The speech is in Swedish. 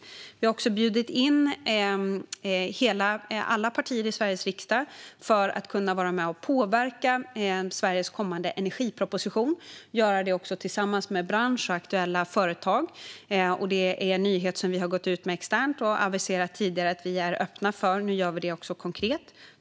Dels har vi bjudit in alla partier i Sveriges riksdag för att vara med och påverka den kommande energipropositionen och göra det tillsammans med branschen och aktuella företag. Det är en nyhet som vi har gått ut med externt, och vi har tidigare aviserat att vi är öppna för det. Nu gör vi det också konkret.